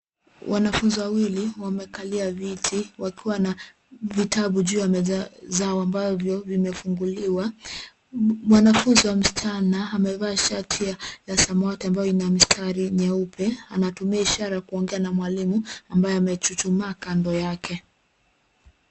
Wanafunzi wawili, wamekalia viti, wakiwa na vitabu juu ya meza zao ambavyo vimefunguliwa, mwanafunzi wa msichana, amevaa sati ya samawati ambayo ina mistari nyeupe, anatumia ishara kuongea na mwalimu, ambaye amechuchumaa kando yake.